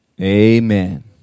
Amen